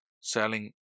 selling